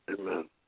Amen